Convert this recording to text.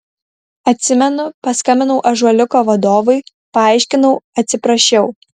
atsimenu paskambinau ąžuoliuko vadovui paaiškinau atsiprašiau